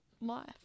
life